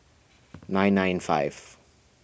nine nine five